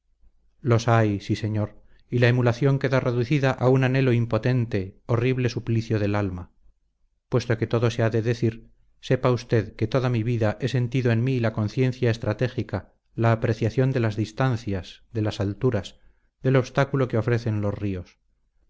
los hay sí señor y la emulación queda reducida a un anhelo impotente horrible suplicio del alma puesto que todo se ha de decir sepa usted que toda mi vida he sentido en mí la conciencia estratégica la apreciación de las distancias de las alturas del obstáculo que ofrecen los ríos